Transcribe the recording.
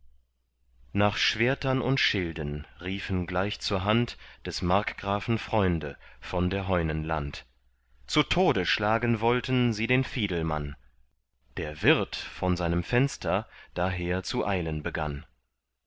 nach schwerten und schilden riefen gleich zur hand des markgrafen freunde von der heunen land zu tode schlagen wollten sie den fiedelmann der wirt von seinem fenster daher zu eilen begann